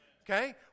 okay